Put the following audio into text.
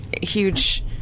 huge